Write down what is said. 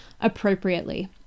appropriately